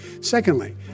Secondly